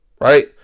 Right